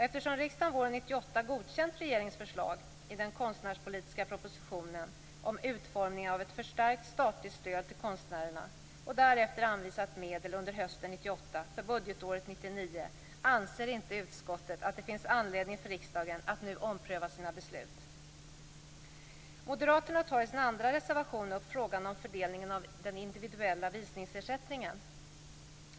Eftersom riksdagen våren 1998 godkänt regeringens förslag i den konstnärspolitiska propositionen om utformningen av ett förstärkt statligt stöd till konstnärerna och därefter anvisat medel under hösten 1998 för budgetåret 1999, anser utskottet inte att det finns anledning för riksdagen att nu ompröva sina beslut. Moderaterna tar också upp frågan om fördelningen av den individuella visningsersättningen.